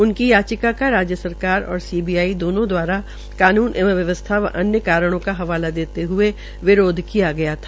उनकी याचिका का राज्य सरकार और सीबीआई दोनों द्वारा कानून एवं व्यवस्था व अन्य कारणों का हवाला देते हये विरोध किया गया था